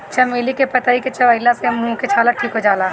चमेली के पतइ के चबइला से मुंह के छाला ठीक हो जाला